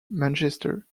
manchester